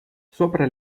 sopra